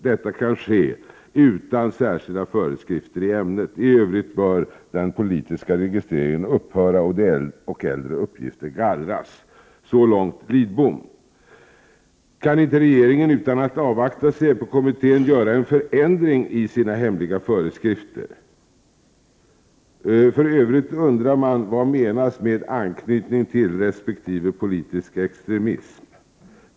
Detta kan ske utan särskilda föreskrifter i ämnet. I övrigt bör den politiska registrering en upphöra och äldre uppgifter gallras.” Så långt Lidbom. Kan inte regeringen, utan att avvakta säpokommittén, göra en ändring i sina hemliga föreskrifter? För övrigt undrar man vad som menas med ”anknytning till” resp. ”politisk extremism”.